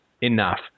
enough